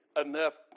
enough